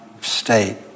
state